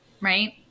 right